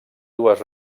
dues